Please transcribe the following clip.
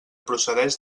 procedeix